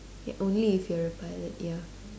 ya only if you're a pilot ya